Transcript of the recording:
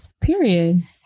Period